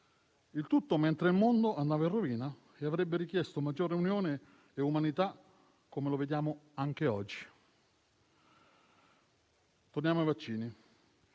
avvenuto mentre il mondo andava in rovina e avrebbe richiesto maggiore unione e umanità, come vediamo anche oggi. Torniamo ai vaccini.